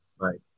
Right